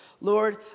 Lord